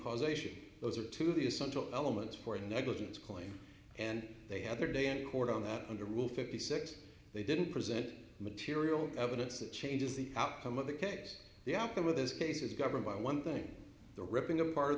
causation those are two of the a subtle elements for the negligence claim and they had their day in court on that under rule fifty six they didn't present material evidence that changes the outcome of the case the outcome of this case is governed by one thing the ripping apart of